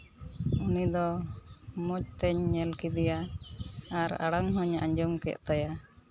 ᱩᱱᱤᱫᱚ ᱢᱚᱡᱽ ᱛᱮᱧ ᱧᱮᱞ ᱠᱮᱫᱮᱭᱟ ᱟᱨ ᱟᱲᱟᱝ ᱦᱚᱸᱧ ᱟᱸᱡᱚᱢ ᱠᱮᱜ ᱛᱟᱭᱟ